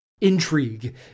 Intrigue